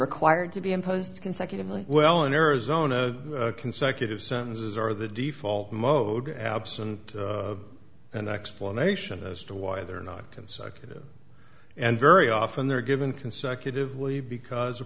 required to be imposed consecutively well in arizona consecutive sentences are the default mode absent an explanation as to why they're not consecutive and very often they're given consecutively because